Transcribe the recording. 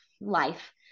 life